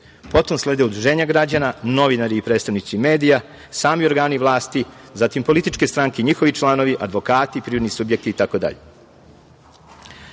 potom slede udruženja građana, novinari i predstavnici medija, sami organi vlasti, zatim političke stranke i njihovi članovi, advokati, privredni subjekti,